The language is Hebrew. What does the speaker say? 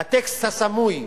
הטקסט הסמוי בהחלטה.